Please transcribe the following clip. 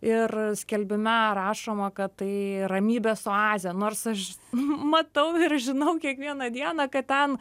ir skelbime rašoma kad tai ramybės oazė nors aš matau ir žinau kiekvieną dieną kad ten